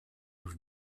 już